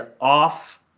off